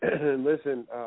Listen, –